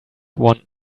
want